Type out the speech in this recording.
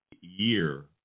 year